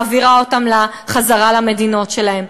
מעבירות אותם חזרה למדינות שלהם.